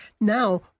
Now